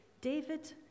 David